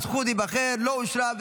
הזכות להיבחר) לא אושרה,